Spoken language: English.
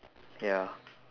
ya